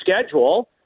schedule